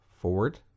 forward